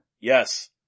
Yes